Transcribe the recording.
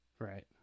right